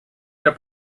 era